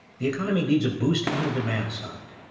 the economy needs a boost on the demand side.